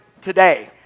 today